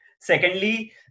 Secondly